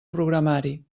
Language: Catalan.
programari